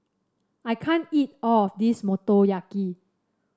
I can't eat all of this Motoyaki